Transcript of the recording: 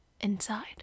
Inside